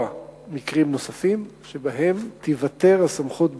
מקרים נוספים שבהם תיוותר הסמכות בידו.